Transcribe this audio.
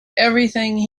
everything